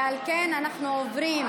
ועל כן אנחנו עוברים,